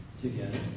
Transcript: together